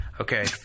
Okay